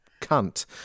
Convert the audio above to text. cunt